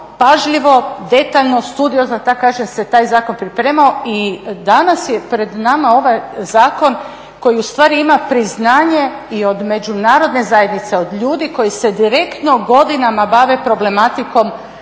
pažljivo, detaljno, studiozno da tako kažem se taj zakon pripremao. I danas je pred nama ovaj zakon koji ustvari ima priznanje i od međunarodne zajednice, od ljudi koji se direktno godinama bave problematikom